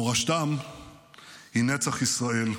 מורשתם היא נצח ישראל.